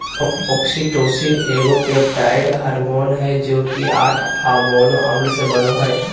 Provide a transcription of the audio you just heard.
oxytocin एगो peptide hormone हइ जे कि आठ अमोनो अम्ल से बनो हइ